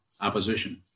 opposition